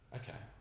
okay